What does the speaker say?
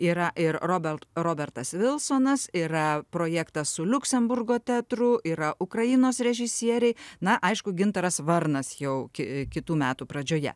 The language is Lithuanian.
yra ir robelt robertas vilsonas yra projektas su liuksemburgo teatru yra ukrainos režisieriai na aišku gintaras varnas jau ki kitų metų pradžioje